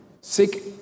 Sick